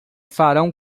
farão